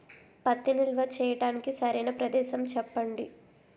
పత్తి నిల్వ చేయటానికి సరైన ప్రదేశం చెప్పండి?